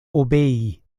obei